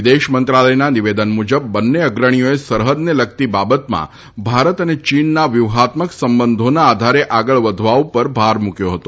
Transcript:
વિદેશ મંત્રાલયના નિવેદન મુજબ બંને અગ્રણીઓએ સરહદને લગતી બાબતમાં ભારત અને ચીનના વ્યૂહાત્મક સંબંધોના આધારે આગળ વધવા ઉપર ભાર મૂક્યો હતો